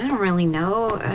and really know,